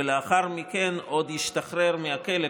ולאחר מכן עוד ישתחרר מהכלא,